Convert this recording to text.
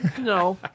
No